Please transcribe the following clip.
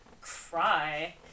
cry